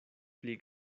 pli